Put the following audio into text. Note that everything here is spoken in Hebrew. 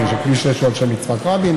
כביש 6 הוא על שם יצחק רבין,